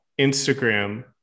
Instagram